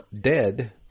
dead